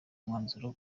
umwanzuro